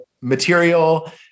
material